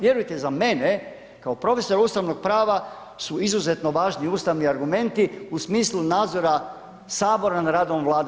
Vjerujte za mene kao profesora ustavnog prava su izuzetno važni ustavni argumenti u smislu nadzora sabora nad radom vlade.